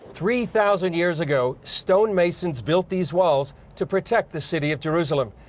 three thousand years ago, stone masons built these walls to protect the city of jerusalem.